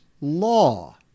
law